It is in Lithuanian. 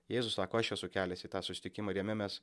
jėzus sako aš esu kelias į tą susitikimą ir jame mes